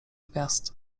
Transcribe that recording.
gwiazd